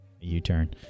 U-turn